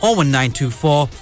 01924